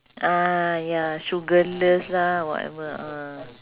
ah ya sugarless lah whatever uh